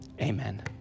Amen